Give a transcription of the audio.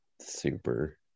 super